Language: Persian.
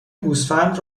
گوسفند